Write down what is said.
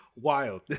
wild